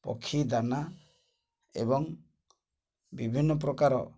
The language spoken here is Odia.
ପକ୍ଷୀ ଦାନା ଏବଂ ବିଭିନ୍ନ ପ୍ରକାର